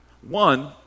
One